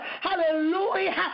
Hallelujah